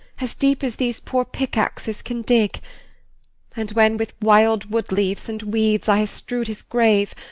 as deep as these poor pickaxes can dig and when with wild wood-leaves and weeds i ha' strew'd his grave,